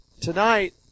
Tonight